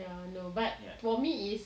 ya no but for me is